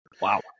Wow